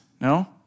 no